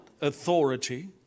authority